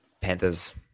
Panthers